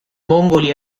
mongoli